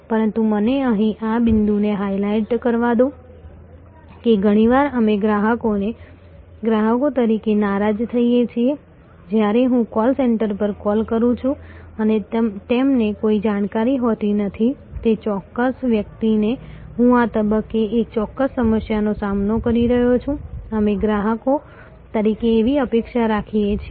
પરંતુ મને અહીં આ બિંદુને હાઇલાઇટ કરવા દો કે ઘણીવાર અમે ગ્રાહકો તરીકે નારાજ થઈએ છીએ જ્યારે હું કૉલ સેન્ટર પર કૉલ કરું છું અને તેમને કોઈ જાણકારી હોતી નથી તે ચોક્કસ વ્યક્તિને હું આ તબક્કે એક ચોક્કસ સમસ્યાનો સામનો કરી રહ્યો છું અમે ગ્રાહકો તરીકે એવી અપેક્ષા રાખીએ છીએ